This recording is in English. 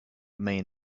mean